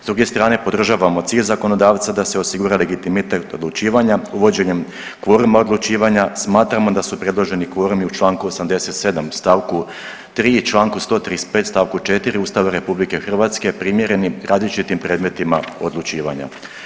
S druge strane, podržavamo cilj zakonodavca da se osigura legitimitet odlučivanje uvođenjem kvoruma odlučivanja, smatramo da su predloženi kvorumi u čl. 87 st. 3 i čl. 135 st. 4 Ustava RH primjereni različitim predmetima odlučivanja.